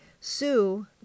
Sue